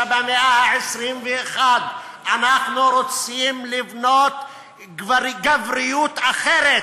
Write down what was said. שבמאה ה-21 אנחנו רוצים לבנות גבריות אחרת,